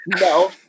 no